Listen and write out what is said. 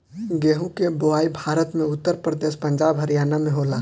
गेंहू के बोआई भारत में उत्तर प्रदेश, पंजाब, हरियाणा में होला